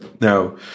no